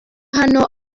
hano